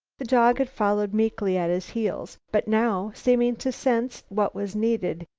the dog had followed meekly at his heels, but now, seeming to sense what was needed,